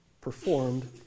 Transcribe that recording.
performed